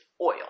oil